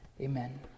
Amen